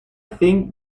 think